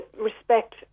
respect